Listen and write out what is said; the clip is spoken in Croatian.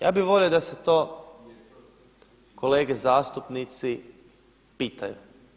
Ja bi volio da se to kolege zastupnici pitaju.